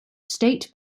state